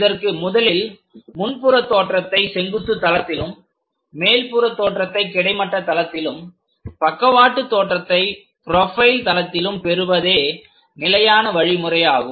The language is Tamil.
இதற்கு முதலில் முன் புறத்தோற்றத்தை செங்குத்து தளத்திலும் மேல்புற தோற்றத்தை கிடைமட்ட தளத்திலும் பக்கவாட்டு தோற்றத்தை ப்ரொபைல் தளத்திலும் பெறுவதே நிலையான வழிமுறையாகும்